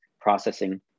processing